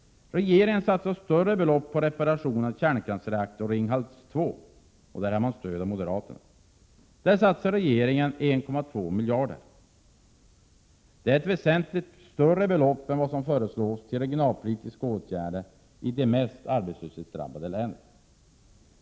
Regeringen satsar större belopp på reparation av kärnkraftsreaktorn Ringhals 2, med stöd av moderaterna. Där satsar regeringen 1,2 miljarder kronor. Detta är väsentligt mer än vad som anslås till regionalpolitiska åtgärder i det värst arbetslöshetsdrabbade länet.